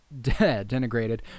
denigrated